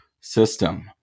system